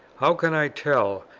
how can i tell,